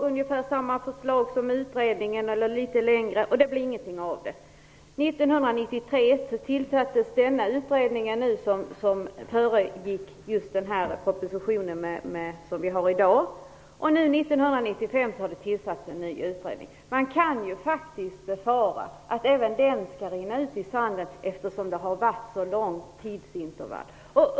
Det var ungefär samma förslag som de som utredningen kom med; möjligen gick de litet längre. Inte heller det blev det något av. 1993 tillsattes den utredning som föregick just den proposition som i dag är aktuell. 1995 tillsattes en ny utredning. Man kan faktiskt befara att även den rinner ut i sanden, eftersom det har varit ett så långt tidsintervall.